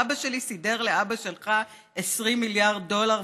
אבא שלי סידר לאבא שלך 20 מיליארד דולר,